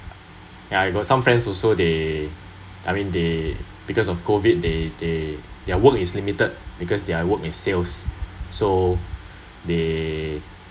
ya I got some friends also they I mean they because of COVID they they their work is limited because their work is sales so they